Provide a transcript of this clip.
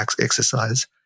exercise